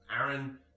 Aaron